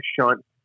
shunt